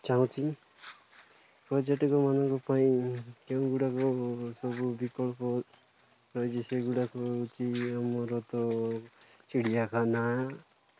ଚାହୁଁଛି ପର୍ଯ୍ୟଟକ ମାନଙ୍କ ପାଇଁ କେଉଁଗୁଡ଼ାକ ସବୁ ବିକଳ୍ପ ରହିଛି ସେଗୁଡ଼ାକ ହେଉଛି ଆମର ତ ଚିଡ଼ିଆଖାନା